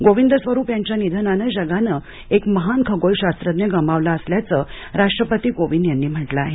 गोविंद स्वरूप यांच्या निधनानं जगानं एक महान खगोलशास्त्रज्ञ गमावला असल्याचं राष्ट्रपती कोविंद यांनी म्हटलं आहे